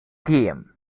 team